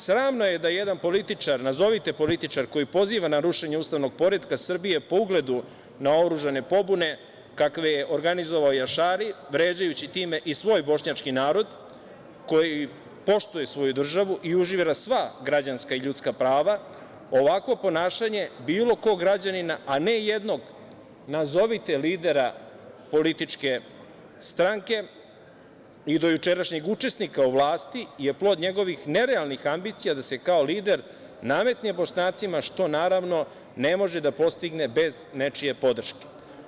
Sramno je da jedan političar, nazovite političar, koji poziva na rušenje ustavnog poretka Srbije po ugledu na oružane pobune kakve je organizovao Jašari, vređajući time i svoj bošnjački narod koji poštuje svoju državu i uživala sva građanska i ljudska prava, ovako ponašanje bilo kog građanina, a ne jednog, nazovite lidera, političke stranke i do jučerašnjeg učesnika u vlasti je plod njegovih nerealnih ambicija da se kao lider nametne Bošnjacima, što, naravno, ne može da postigne bez nečije podrške.